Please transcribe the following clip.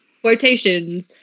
quotations